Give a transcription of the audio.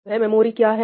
वह मेमोरी क्या है